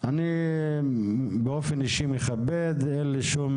אני באופן אישי מכבד, אין לי שום